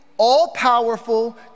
All-powerful